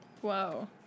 Whoa